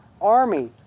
army